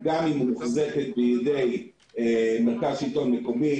גם אם היא מוחזקת בידי מרכז שלטון מקומי.